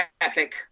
traffic